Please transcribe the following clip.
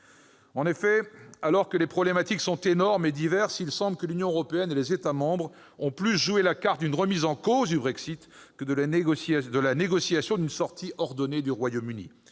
En effet, alors que les problématiques sont énormes et diverses, il semble que l'Union européenne et les États membres ont préféré jouer la carte d'une remise en cause du Brexit, plutôt que celle de la négociation d'une sortie ordonnée du Royaume-Uni.